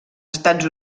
estats